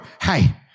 hey